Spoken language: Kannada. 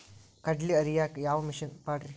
ಕಡ್ಲಿ ಹರಿಯಾಕ ಯಾವ ಮಿಷನ್ ಪಾಡ್ರೇ?